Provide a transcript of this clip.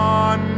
on